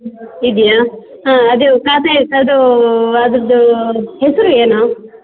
ಇದಿಯಾ ಅದೆ ಖಾತೆ ತೆರೆದು ಅದರದ್ದು ಹೆಸರು ಏನು